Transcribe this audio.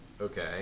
okay